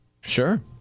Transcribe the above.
Sure